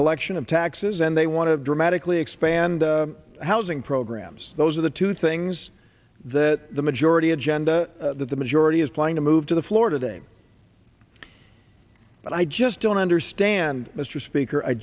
collection of taxes and they want to dramatically expand housing programs those are the two things that the majority agenda that the majority is planning to move to the floor today but i just don't understand mr speaker i